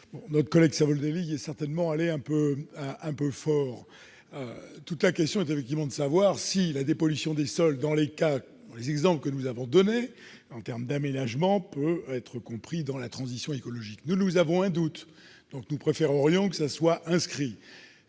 Notre collègue Savoldelli y est certainement allé un peu fort. Toute la question est effectivement de savoir si la dépollution des sols, dans les exemples que nous avons donnés en termes d'aménagement, peut être comprise dans la transition écologique. Nous avons un doute. Donc, nous préférerions que cela soit inscrit